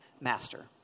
Master